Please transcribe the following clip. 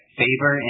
favor